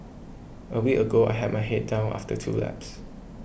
a week ago I had my head down after two laps